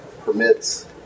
permits